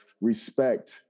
respect